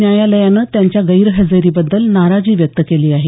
न्यायालयानं त्यांच्या गैरहजेरी बद्दल नाराजी व्यक्त केली आहे